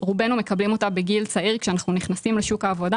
רובנו מקבלים אותה בגיל צעיר כשאנחנו נכנסים לשוק העבודה.